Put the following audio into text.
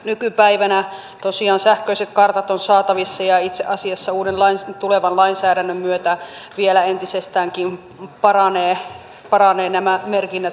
nykypäivänä tosiaan sähköiset kartat ovat saatavissa ja itse asiassa tulevan lainsäädännön myötä nämä merkinnät vielä entisestäänkin paranevat